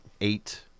Eight